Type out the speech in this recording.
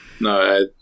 No